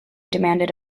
demanded